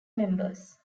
members